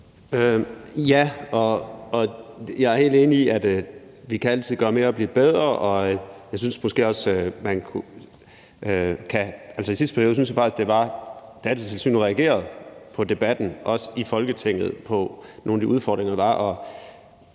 Ja, og jeg er helt enig i, at vi altid kan gøre mere og blive bedre. I sidste periode synes jeg faktisk at Datatilsynet reagerede på debatten, også i Folketinget, om nogle af de udfordringer, der var.